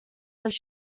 was